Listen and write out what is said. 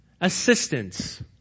assistance